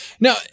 Now